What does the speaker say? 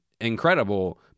incredible